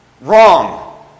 Wrong